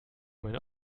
meine